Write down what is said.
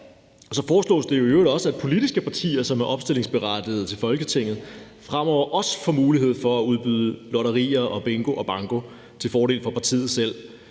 Så foreslås det i øvrigt også, at politiske partier, som er opstillingsberettigede til Folketinget, fremover også får mulighed for at udbyde lotterier og bingo og banko til fordel for partiet selv.